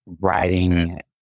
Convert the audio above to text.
writing